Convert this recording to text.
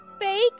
fake